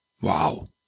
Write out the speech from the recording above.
Wow